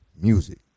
music